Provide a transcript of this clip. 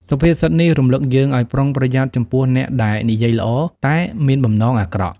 សុភាសិតនេះរំឭកយើងឱ្យប្រុងប្រយ័ត្នចំពោះអ្នកដែលនិយាយល្អ តែមានបំណងអាក្រក់។